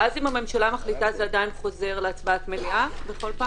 ואז אם הממשלה מחליטה זה עדיין חוזר להצבעת מליאה בכל פעם?